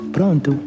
Pronto